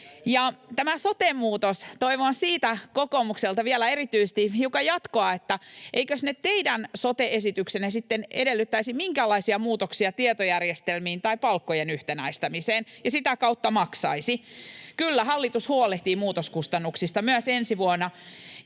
tämä sote-muutos: Toivon kokoomukselta vielä erityisesti hiukan jatkoa siitä, että eivätkös ne teidän sote-esityksenne sitten edellyttäisi minkäänlaisia muutoksia tietojärjestelmiin tai palkkojen yhtenäistämiseen ja sitä kautta maksaisi. Kyllä hallitus huolehtii muutoskustannuksista myös ensi vuonna.